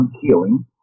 healing